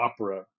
opera